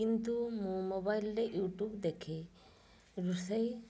କିନ୍ତୁ ମୁଁ ମୋବାଇଲ୍ରେ ୟୁଟ୍ୟୁବ୍ ଦେଖେ ରୋଷେଇ